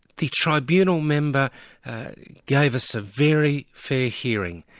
the tribunal member gave us a very fair hearing.